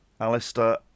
Alistair